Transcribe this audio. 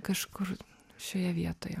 kažkur šioje vietoje